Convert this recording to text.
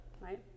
right